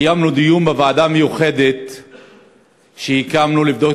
קיימנו דיון בוועדה המיוחדת שהקמנו כדי לבדוק